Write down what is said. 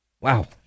Wow